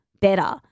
better